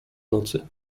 nocy